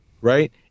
Right